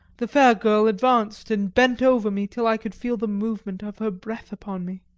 the fair girl advanced and bent over me till i could feel the movement of her breath upon me.